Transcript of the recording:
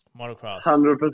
Motocross